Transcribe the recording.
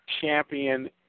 champion